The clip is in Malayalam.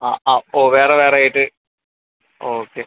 ആ ആ ഓ വേറെ വേറെ ആയിട്ട് ഓക്കെ